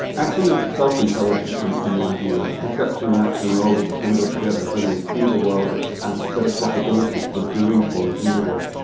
action is itself intelligent, in in my view, and perception and action are always tangled together when we see the world it's as a set of possibilities for doing things in the world.